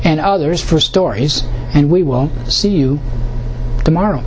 and others for stories and we will see you tomorrow